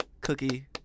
Cookie